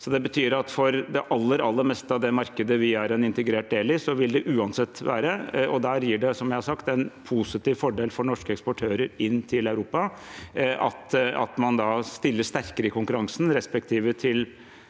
Det betyr at for det aller, aller meste av det markedet vi er en integrert del av, vil det uansett gjelde, og der gir det, som jeg har sagt, en positiv fordel for norske eksportører inn til Europa. Man stiller da sterkere i konkurransen overfor